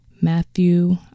Matthew